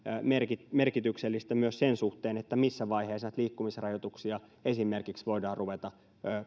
merkityksellistä myös sen suhteen missä vaiheessa esimerkiksi näitä liikkumisrajoituksia voidaan ruveta